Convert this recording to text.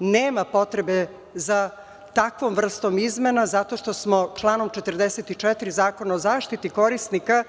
nema potrebe za takvom vrstom izmena zato što smo članom 44. Zakona o zaštiti korisnika